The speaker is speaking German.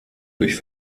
durch